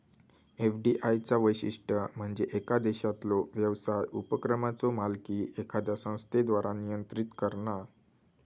FDI चा वैशिष्ट्य म्हणजे येका देशातलो व्यवसाय उपक्रमाचो मालकी एखाद्या संस्थेद्वारा नियंत्रित करणा